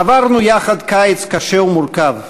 עברנו יחד קיץ קשה ומורכב,